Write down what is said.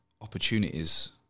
opportunities